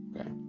okay